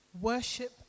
Worship